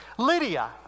Lydia